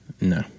No